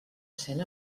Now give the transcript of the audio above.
cent